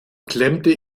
klemmte